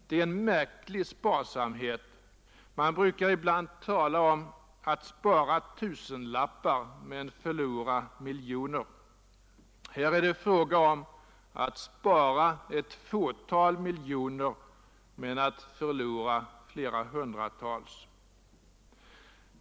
Det är en märklig sparsamhet. Man talar ibland om att spara tusenlappar men förlora miljoner. Här är det fråga om att spara ett fåtal miljoner men förlora flera hundratal.